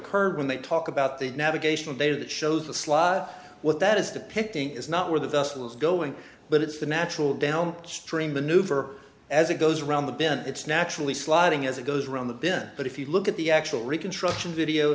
occurred when they talk about the navigational data that shows the slot what that is the pickton is not where the vessel is going but it's the natural down stream maneuver as it goes around the bend it's naturally sliding as it goes around the bin but if you look at the actual reconstruction video